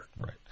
Right